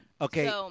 Okay